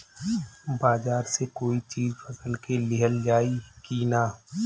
बाजार से कोई चीज फसल के लिहल जाई किना?